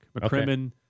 McCrimmon